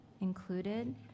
included